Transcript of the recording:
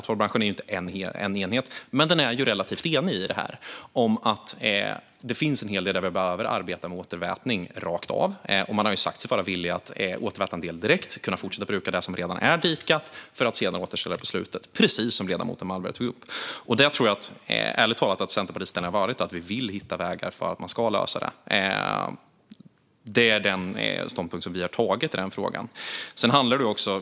Torvbranschen är inte en enhet, men den är relativt enig i fråga om att det finns en hel del att arbeta med när det gäller återvätning rakt av. Branschen har sagt sig vara villig att återväta en del direkt och kunna fortsätta bruka det som redan är dikat för att sedan återställa det på slutet, precis som ledamoten Malmberg tog upp. Ärligt talat vill Centerpartiet hitta vägar för att detta ska lösas. Det är den ståndpunkt som vi har intagit i frågan.